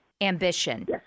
ambition